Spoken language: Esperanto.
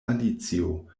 alicio